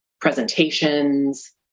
presentations